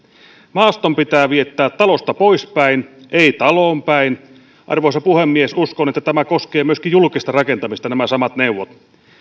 maaston pitää viettää talosta poispäin ei taloon päin arvoisa puhemies uskon että nämä samat neuvot koskevat myöskin julkista rakentamista